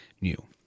new